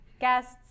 guests